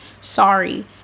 sorry